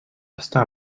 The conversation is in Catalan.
està